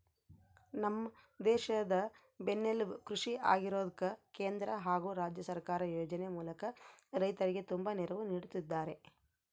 ನಮ್ಮ ದೇಶದ ಬೆನ್ನೆಲುಬು ಕೃಷಿ ಆಗಿರೋದ್ಕ ಕೇಂದ್ರ ಹಾಗು ರಾಜ್ಯ ಸರ್ಕಾರ ಯೋಜನೆ ಮೂಲಕ ರೈತರಿಗೆ ತುಂಬಾ ನೆರವು ನೀಡುತ್ತಿದ್ದಾರೆ